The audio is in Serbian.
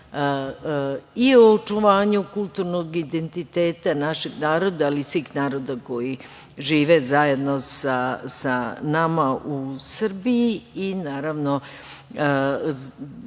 i o očuvanju kulturnog identiteta našeg naroda, ali i svih naroda koji žive zajedno sa nama u Srbiji, i naravno